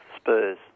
spurs